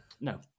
No